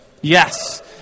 Yes